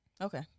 Okay